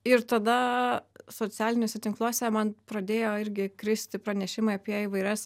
ir tada socialiniuose tinkluose man pradėjo irgi kristi pranešimai apie įvairias